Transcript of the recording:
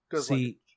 See